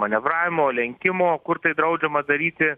manevravimo lenkimo kur tai draudžiama daryti